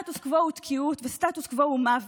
הכנסות בלתי צפויות היו די הרבה: